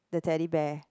the Teddy Bear